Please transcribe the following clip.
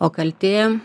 o kaltė